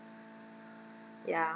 ya